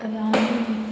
रानी